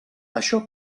això